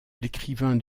l’écrivain